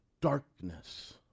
darkness